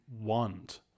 want